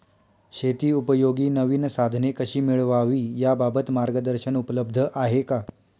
शेतीउपयोगी नवीन साधने कशी मिळवावी याबाबत मार्गदर्शन उपलब्ध आहे का?